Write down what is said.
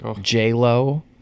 J-Lo